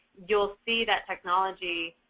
you'll see that technology,